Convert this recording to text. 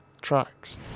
tracks